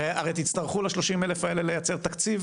הרי תצטרכו ל-30,000 האלה לייצר תקציב